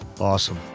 Awesome